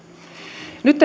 nyt